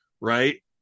right